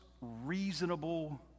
reasonable